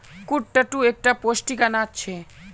कुट्टू एक टा पौष्टिक अनाज छे